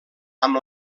amb